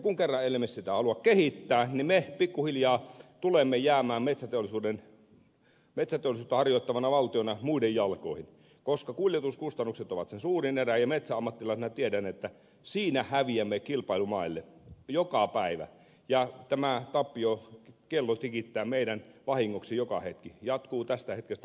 kun kerran emme halua sitä kehittää niin me pikkuhiljaa tulemme jäämään metsäteollisuutta harjoittavana valtiona muiden jalkoihin koska kuljetuskustannukset ovat sen suurin erä ja metsäammattilaisena tiedän että siinä häviämme kilpailumaille joka päivä ja tämä tappion kello tikittää meidän vahingoksemme joka hetki jatkuu tästä hetkestä huomiseen ja niin edelleen